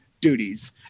duties